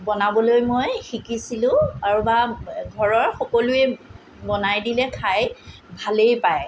বনাবলৈ মই শিকিছিলোঁ আৰু বা ঘৰৰ সকলোৱে বনাই দিলে খায় ভালেই পায়